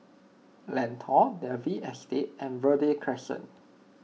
Lentor Dalvey Estate and Verde Crescent